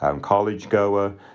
college-goer